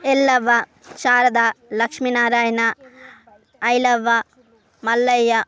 Yellavva Sharada Lakshminarayana Ailavva Mallayya